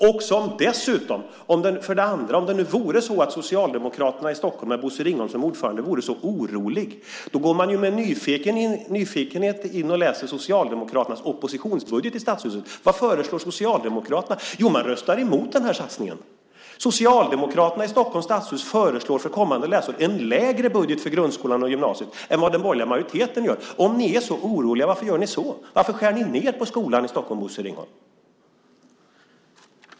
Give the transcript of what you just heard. Om det, för det andra, vore så att Socialdemokraterna i Stockholm, med Bosse Ringholm som ordförande, var så oroliga blir man nyfiken och går in och läser Socialdemokraternas oppositionsbudget i Stadshuset. Vad föreslår Socialdemokraterna? Jo, man röstar emot den här satsningen. Socialdemokraterna i Stockholms stadshus föreslår en lägre budget för grundskolan och gymnasiet för kommande läsår än den borgerliga majoriteten gör. Om ni är så oroliga, varför gör ni så? Varför skär ni ned på skolan i Stockholm, Bosse Ringholm?